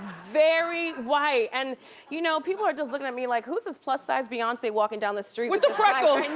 very white and you know people are just looking at me like, who is this plus sized beyonce walking down the street. with the freckles!